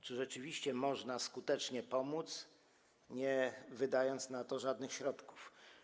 Czy rzeczywiście można skutecznie pomóc, nie wydając na to żadnych środków?